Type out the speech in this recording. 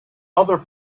other